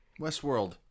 Westworld